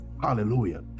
Hallelujah